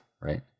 Right